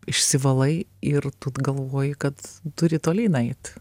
išsivalai ir galvoji kad turi tolyn eit